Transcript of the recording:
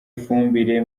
ifumbire